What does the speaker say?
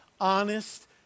honest